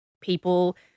people